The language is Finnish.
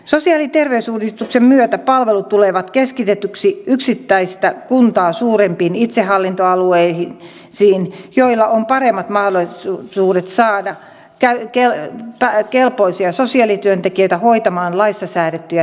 sosiaali ja terveysuudistuksen myötä palvelut tulevat keskitetyiksi yksittäistä kuntaa suurempiin itsehallintoalueisiin joilla on paremmat mahdollisuudet saada kelpoisia sosiaalityöntekijöitä hoitamaan laissa säädettyjä tehtäviä